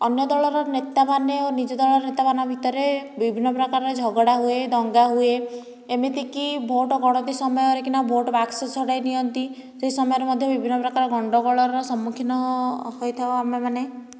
ଅନ୍ୟ ଦଳର ନେତା ମାନେ ନିଜ ଦଳର ନେତା ମାନଙ୍କ ଭିତରେ ବିଭିନ୍ନ ପ୍ରକାର ଝଗଡ଼ା ହୁଏ ଦଙ୍ଗା ହୁଏ ଏମିତିକି ଭୋଟ ଗଣତି ସମୟରେ ଭୋଟ ବାକ୍ସ ଛଡ଼ାଇ ନିଅନ୍ତି ସେ ସମୟରେ ମଧ୍ୟ ବିଭିନ୍ନ ପ୍ରକାର ଗଣ୍ଡଗୋଳର ସମ୍ମୁଖୀନ ହୋଇଥାଉ ଆମେ ମାନେ